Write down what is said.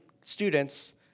students